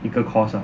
一个 course ah